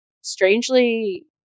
strangely